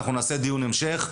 אנחנו נעשה דיון המשך.